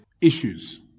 issues